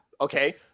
okay